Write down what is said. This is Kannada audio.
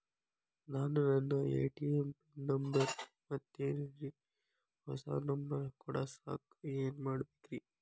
ನಾನು ನನ್ನ ಎ.ಟಿ.ಎಂ ಪಿನ್ ನಂಬರ್ ಮರ್ತೇನ್ರಿ, ಹೊಸಾ ನಂಬರ್ ಕುಡಸಾಕ್ ಏನ್ ಮಾಡ್ಬೇಕ್ರಿ?